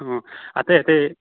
ꯑꯪ ꯑꯇꯩ ꯑꯇꯩ